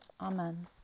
Amen